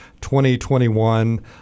2021